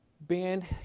Band